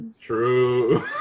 true